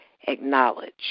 Acknowledge